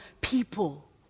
people